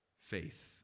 Faith